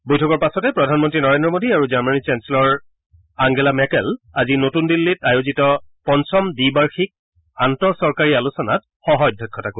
বৈঠকৰ পাচতে প্ৰধানমন্তী নৰেন্দ্ৰ মোডী আৰু জামেনীৰ চেঞ্চেলৰ আংগেলা ম্যাকেলে আজি নতুন দিল্লীত আয়োজিত পঞ্চম দ্বিবাৰ্যিক আন্তঃচৰকাৰী আলোচনাত সহঃ অধ্যক্ষতা কৰিব